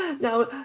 Now